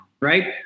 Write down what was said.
right